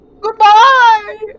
Goodbye